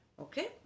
okay